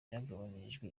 byagabanyirijwe